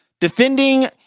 defending